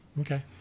Okay